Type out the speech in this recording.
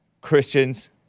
Christians